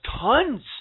tons